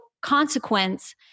consequence